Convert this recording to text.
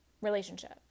relationship